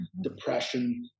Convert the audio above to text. depression